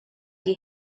die